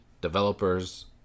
developers